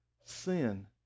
sin